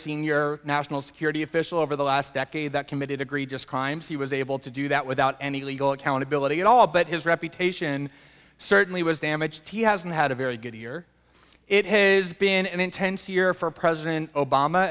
senior national security official over the last decade that committed agree just crimes he was able to do that without any legal accountability at all but his reputation certainly was damaged he hasn't had a very good year it has been an intense year for president obama